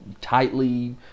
tightly